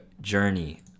journey